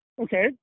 Okay